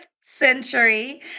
century